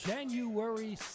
January